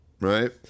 Right